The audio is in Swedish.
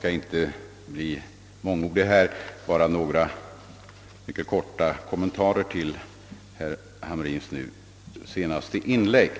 Herr talman! Jag skall bara göra några mycket korta kommentarer till herr Hamrins senaste inlägg.